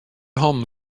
hannen